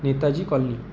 Netaji colony